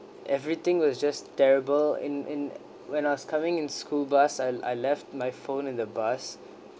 everything was just terrible in in when I was coming in school bus I I left my phone in the bus